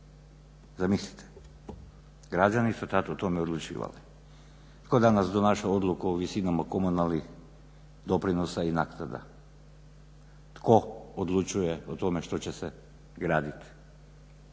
Zamislite građani su o tome tada odlučivali. Tko danas donaša odluku o visinama komunalnih doprinosa i naknada? Tko odlučuje o tome što će se graditi